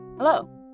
Hello